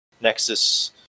Nexus